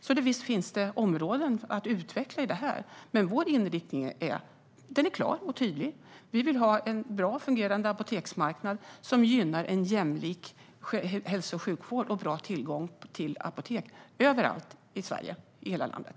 Så visst finns det områden att utveckla, men vår inriktning är klar och tydlig. Vi vill ha en väl fungerande apoteksmarknad som gynnar en jämlik hälso och sjukvård och god tillgång till apotek överallt i Sverige - i hela landet.